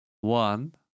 One